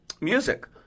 Music